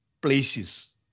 places